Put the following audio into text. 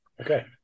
Okay